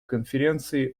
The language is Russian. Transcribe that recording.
конференции